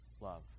love